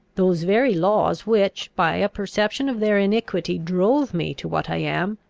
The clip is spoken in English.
those very laws which, by a perception of their iniquity, drove me to what i am,